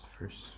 First